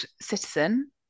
Citizen